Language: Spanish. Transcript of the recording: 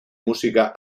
música